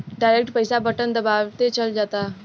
direct पईसा button दबावते चल जाता